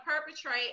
perpetrate